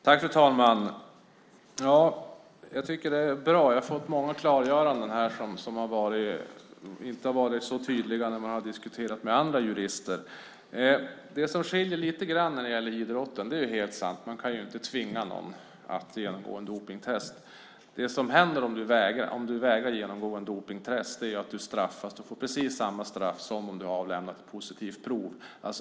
Herr talman! Jag tycker att det är bra. Jag har fått många klargöranden här av sådant som inte har varit så tydligt när man har diskuterat med andra jurister. Det är helt sant att man inte kan tvinga någon att genomgå ett dopningstest. Det som händer om du vägrar att genomgå ett dopningstest är att du straffas. Du får precis samma straff som om du har lämnat ett positivt prov.